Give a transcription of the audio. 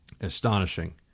Astonishing